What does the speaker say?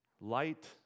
Light